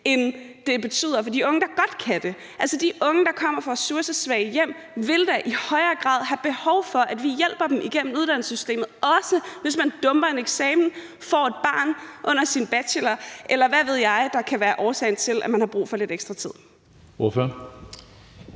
end det betyder for de unge, der godt kan det. Altså, de unge, der kommer fra ressourcesvage hjem, vil da i højere grad have behov for, at vi hjælper dem igennem uddannelsessystemet, også hvis man dumper en eksamen, får et barn under sin bachelor, eller hvad der nu kan være årsagen til, at man har brug for lidt ekstra tid.